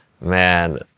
man